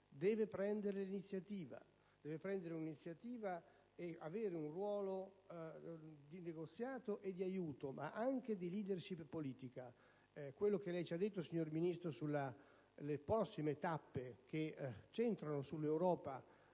deve prendere l'iniziativa e svolgere un ruolo di negoziato e di aiuto, ma anche di *leadership* politica. Ci ha detto, signor Ministro, delle prossime tappe che centrano sull'Europa